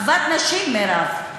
אחוות נשים, מירב.